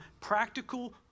practical